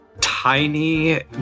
tiny